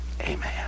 amen